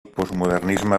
postmodernisme